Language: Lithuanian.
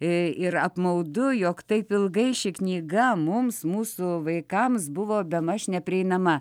ir apmaudu jog taip ilgai ši knyga mums mūsų vaikams buvo bemaž neprieinama